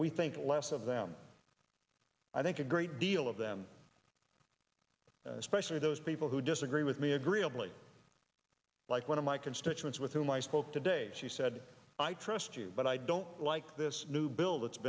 we think less of them i think a great deal of them especially those people who disagree with me agreeably like one of my constituents with whom i spoke today she said i trust you but i don't like this new bill that's